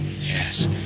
Yes